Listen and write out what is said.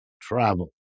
travel